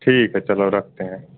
ठीक है चलो रखते हैं